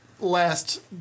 last